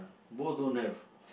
both don't have